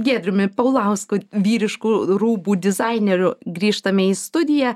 giedriumi paulausku vyriškų rūbų dizaineriu grįžtame į studiją